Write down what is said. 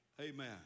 Amen